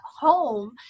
home